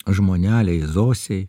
žmonelei zosei